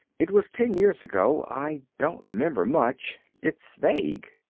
it was ten years ago. i don't remember much. it's vague.